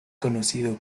conocido